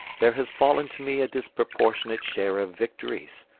there has fallen to me a disproportionate share of victories.